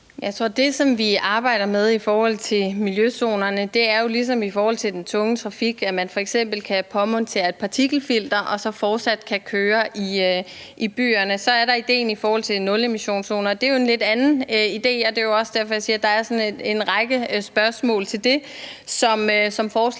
arbejder med i forhold til miljøzonerne, jo ligesom er i forhold til det med den tunge trafik, altså at man f.eks. kan påmontere et partikelfilter og så fortsat kan køre i byerne. Så er der ideen om en nulemissionszone, og det er jo en lidt anden idé, og det er også derfor, jeg siger, at der er sådan en række spørgsmål til det, som forslagsstilleren